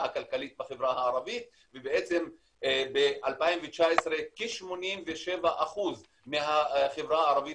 הכלכלית בחברה הערבית וב-2019 כ-87% מהחברה הערבית